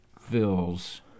fills